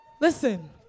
Listen